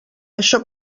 això